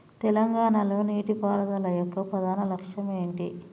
తెలంగాణ లో నీటిపారుదల యొక్క ప్రధాన లక్ష్యం ఏమిటి?